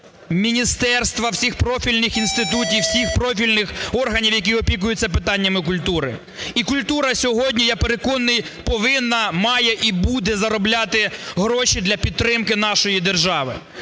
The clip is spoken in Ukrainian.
міністерства, всіх профільних інститутів і всіх профільних органів, які опікуються питаннями культури. І культура сьогодні, я переконаний, повинна, має і буде заробляти гроші для підтримки нашої держави.